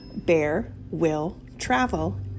BearWillTravel